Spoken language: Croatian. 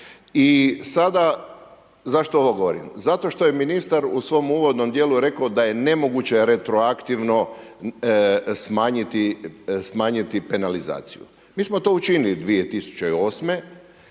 I sada, zašto ovo govorim? Zato što je ministar u svom uvodnom dijelu rekao da je nemoguće retroaktivno smanjiti penalizaciju. Mi smo to učinili 2008.,